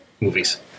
movies